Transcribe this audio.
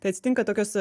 kai atsitinka tokios